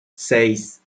seis